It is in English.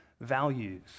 values